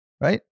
Right